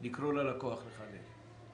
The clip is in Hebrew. לקרוא ללקוח לחדש?